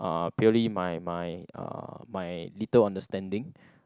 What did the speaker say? uh purely my my uh my little understanding